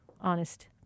honest